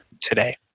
today